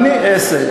אני אעשה.